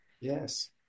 Yes